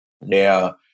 Now